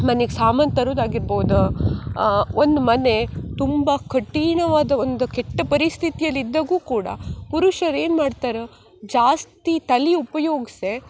ಮನಿಗೆ ಸಾಮಾನು ತರುದು ಆಗಿರ್ಬೋದು ಒಂದು ಮನೆ ತುಂಬ ಕಠಿಣವಾದ ಒಂದು ಕೆಟ್ಟ ಪರಿಸ್ಥಿತಿಯಲ್ಲಿ ಇದ್ದಾಗೂ ಕೂಡ ಪುರುಷರು ಏನು ಮಾಡ್ತಾರೆ ಜಾಸ್ತಿ ತಲೆ ಉಪ್ಯೋಗ್ಸಿ